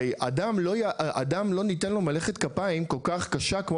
הרי אדם לא ניתן לו מלאכת כפיים כל כך קשה כמו